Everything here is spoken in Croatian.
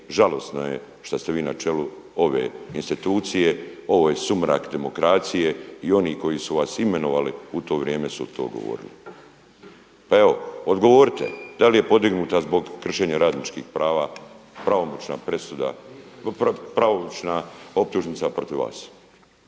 Žalosno je šta ste vi na čelu ove institucije, ovo je sumrak demokracije i oni koji su vas imenovali u to vrijeme su to govorili. Pa evo odgovorite, da li je podignuta zbog kršenja radničkih prava pravomoćna optužnica protiv vas?